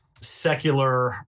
secular